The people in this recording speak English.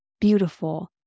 beautiful